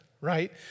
right